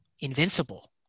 invincible